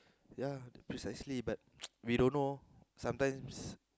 ya precisely but we don't know sometimes